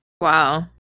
Wow